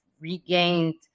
regained